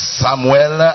samuel